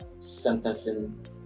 sentencing